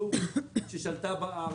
הסורית ששלטה בארץ.